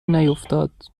نیفتاد